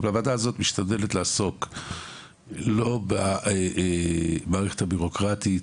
והוועדה הזאת משתדלת לעסוק לא במערכת הבירוקרטית,